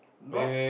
not